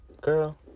Girl